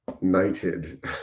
knighted